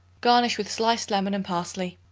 garnish with sliced lemon and parsley.